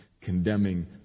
condemning